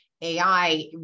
AI